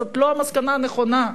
זאת לא המסקנה הנכונה.